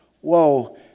whoa